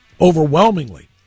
overwhelmingly